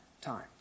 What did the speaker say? time